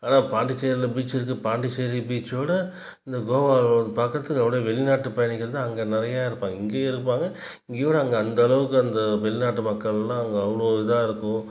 ஆனால் பாண்டிச்சேரியில பீச் இருக்கு பாண்டிச்சேரி பீச்சோட இந்த கோவாவில பார்க்கறதுக்கு அப்படியே வெளிநாட்டுப் பயணிகள் தான் அங்கே நிறையா இருப்பாங்க இங்கேயும் இருப்பாங்க இங்கேயோட அங்கே அந்தளவுக்கு அந்த வெளிநாட்டு மக்கள்லாம் அங்கே அவ்வளோ இதாக இருக்கும்